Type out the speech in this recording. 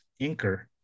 inker